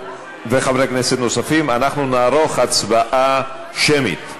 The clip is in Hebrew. וחברי כנסת נוספים, אנחנו נערוך הצבעה שמית.